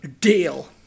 deal